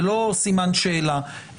זה לא סימן שאלה.